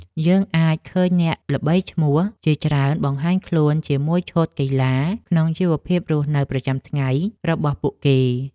យើងអាចឃើញអ្នកល្បីឈ្មោះជាច្រើនបង្ហាញខ្លួនជាមួយឈុតកីឡាក្នុងជីវភាពរស់នៅប្រចាំថ្ងៃរបស់ពួកគេ។